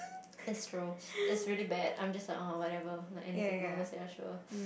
that's true it's really bad I'm just like oh whatever like anything goes ya sure